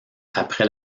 après